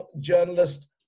journalist